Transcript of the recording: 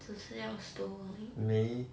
只是要 stow 而已